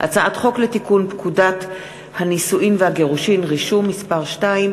הצעת חוק לתיקון פקודת הנישואין והגירושין (רישום) (מס' 2),